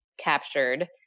captured